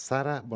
Sara